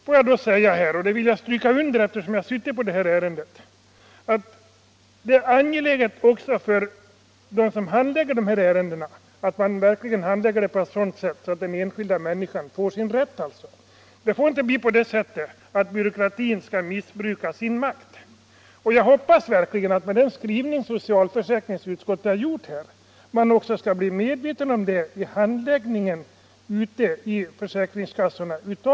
Får jag sedan säga — och det vill jag stryka under eftersom jag i utskottet suttit på ärendet — att det är angeläget också för dem som handlägger dessa ärenden att göra det på ett sådant sätt, att den enskilda människan får sin rätt. Det får inte bli så att byråkratin missbrukar sin makt. Jag hoppas verkligen att man, med den skrivning som socialförsäkringsutskottet har gjort, skall bli medveten om vikten av detta vid handläggningen av dessa ärenden ute i försäkringskassorna.